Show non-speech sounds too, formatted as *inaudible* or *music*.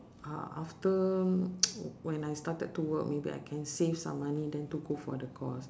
uh after *noise* when I started to work maybe I can save some money then to go for the course